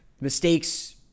mistakes